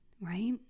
right